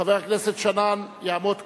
חבר הכנסת שנאן יעמוד כאן,